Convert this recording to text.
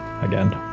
again